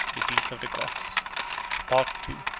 defeat of the goths part ii.